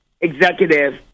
executive